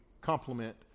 complement